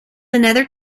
another